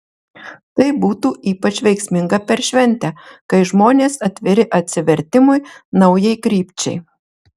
tai būtų ypač veiksminga per šventę kai žmonės atviri atsivertimui naujai krypčiai